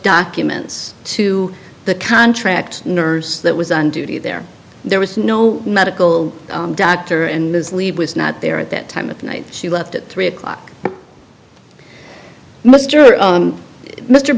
documents to the contract nurse that was on duty there there was no medical doctor and his leave was not there at that time of night she left at three o'clock m